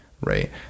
right